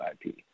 IP